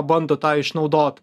bando tą išnaudot